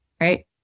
Right